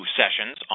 sessions